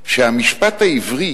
שהמשפט העברי,